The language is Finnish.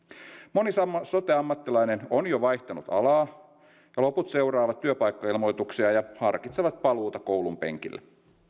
moni sote ammattilainen on jo vaihtanut alaa ja loput seuraavat työpaikkailmoituksia ja harkitsevat paluuta koulunpenkille